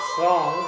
song